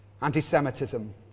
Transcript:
anti-Semitism